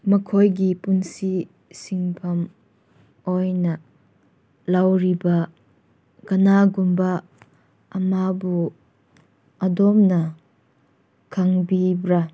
ꯃꯈꯣꯏꯒꯤ ꯄꯨꯟꯁꯤ ꯁꯤꯟꯐꯝ ꯑꯣꯏꯅ ꯂꯧꯔꯤꯕ ꯀꯅꯥꯒꯨꯝꯕ ꯑꯃꯕꯨ ꯑꯗꯣꯝꯅ ꯈꯪꯕꯤꯕ꯭ꯔꯥ